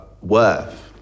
worth